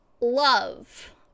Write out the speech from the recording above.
love